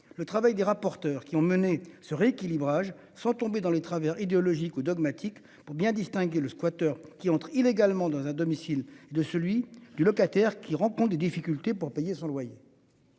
le travail des rapporteurs qui ont mené ce rééquilibrage sans tomber dans les travers idéologique ou dogmatique pour bien distinguer les squatters qui entrent illégalement dans un domicile de celui du locataire qui rencontrent des difficultés pour payer son loyer.